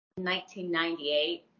1998